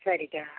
சரிக்கா